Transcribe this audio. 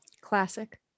Classic